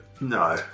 No